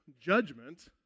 judgment